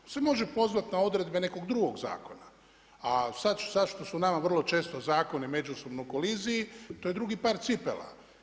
On se može pozvati na odredbe nekog drugog zakona a sada što su nama vrlo često zakoni međusobno u koliziji to je drugi par cipela.